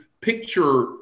picture